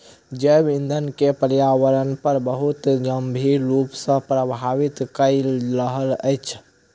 जैव ईंधन के पर्यावरण पर बहुत गंभीर रूप सॅ प्रभावित कय रहल अछि